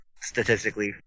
statistically